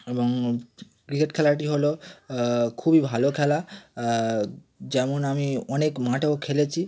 এবং ক্রিকেট খেলাটি হলো খুবই ভালো খেলা যেমন আমি অনেক মাঠেও খেলেছি